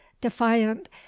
defiant